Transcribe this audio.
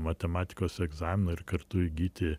matematikos egzaminą ir kartu įgyti